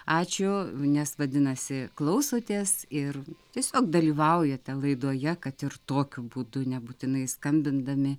ačiū nes vadinasi klausotės ir tiesiog dalyvaujate laidoje kad ir tokiu būdu nebūtinai skambindami